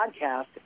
podcast